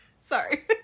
sorry